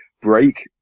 break